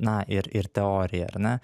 na ir ir teorija ar ne